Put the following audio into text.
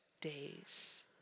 days